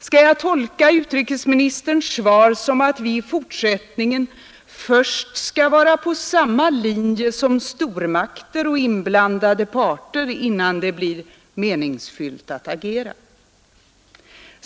Skall jag tolka utrikesministerns svar som att vi i fortsättningen först skall vara på samma linje som stormakter och inblandade parter, innan det blir meningsfyllt att agera?